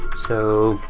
so